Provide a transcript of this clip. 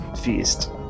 feast